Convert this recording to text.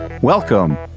welcome